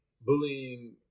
bullying